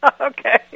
Okay